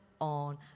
on